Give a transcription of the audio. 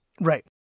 Right